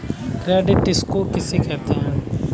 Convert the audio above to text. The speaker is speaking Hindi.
क्रेडिट स्कोर किसे कहते हैं?